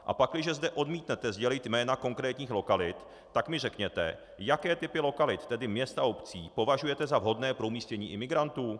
A pakliže zde odmítnete sdělit jména konkrétních lokalit, tak mi řekněte, jaké typy lokalit, tedy měst a obcí, považujete za vhodné pro umístění imigrantů.